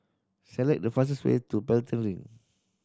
select the fastest way to Pelton Link